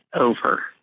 over